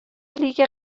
لیگ